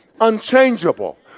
unchangeable